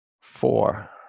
four